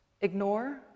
ignore